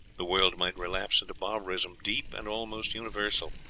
the world might relapse into barbarism, deep and almost universal.